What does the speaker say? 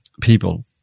people